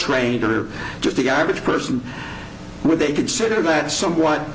trade or just the average person would they consider that some